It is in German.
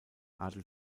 adel